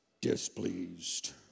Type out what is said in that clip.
displeased